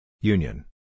Union